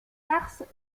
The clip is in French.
tarses